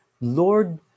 Lord